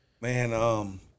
Man